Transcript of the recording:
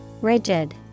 Rigid